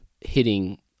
hitting